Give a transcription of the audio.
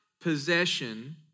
possession